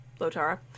Lotara